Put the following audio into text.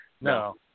no